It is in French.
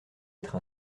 être